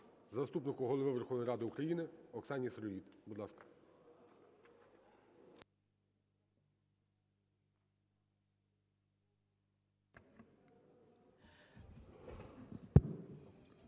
заступнику Голови Верховної Ради України Оксані Сироїд, будь ласка.